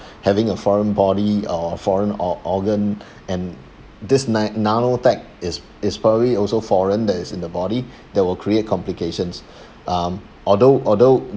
having a foreign body or foreign or organ and this na~ nanotech is is probably also foreign that is in the body that will create complications um although although